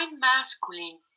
masculine